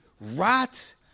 rot